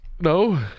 No